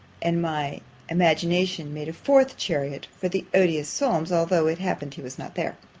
and my imagination made a fourth chariot for the odious solmes, although it happened he was not there.